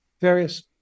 various